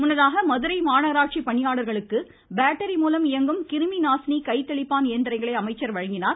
முன்னதாக மதுரை மாநகராட்சி பணியாளர்களுக்கு பேட்டரி மூலம் இயங்கும் கிருமி நாசினி கைதெளிப்பான் இயந்திரங்களை அமைச்சர் வழங்கினார்